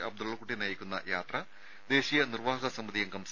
അബ്ദുള്ളക്കുട്ടി നയിക്കുന്ന യാത്ര ദേശീയ നിർവ്വാഹക സമിതി അംഗം സി